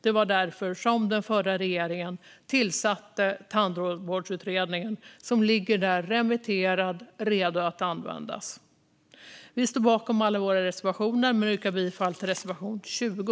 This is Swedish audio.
Det var därför den förra regeringen tillsatte tandvårdsutredningen, vars förslag ligger remitterade, redo att användas. Vi står bakom alla våra reservationer men yrkar bifall endast till reservation 20.